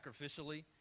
sacrificially